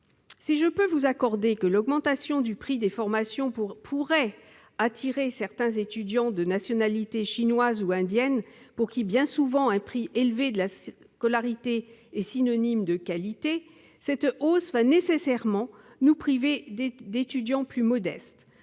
Si je peux concéder que l'augmentation du prix des formations pourrait attirer certains étudiants de nationalité chinoise ou indienne, pour qui un prix élevé de scolarité est souvent synonyme de qualité, cette hausse va nécessairement nous priver d'étudiants plus modestes.